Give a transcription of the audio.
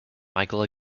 michael